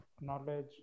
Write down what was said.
knowledge